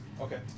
Okay